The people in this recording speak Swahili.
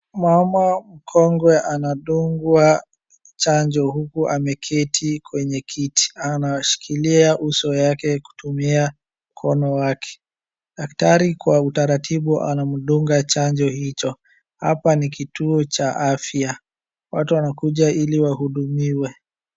Mama mkongwe anadungwa chanjo huku ameketi kwenye kiti. Anashikilia uso yake akitumia mkono wake. Daktari kwa utaratibu anamdunga chanjo hicho. Hapa ni kituo cha afya. Watu wanakuja ili wahudumiwe.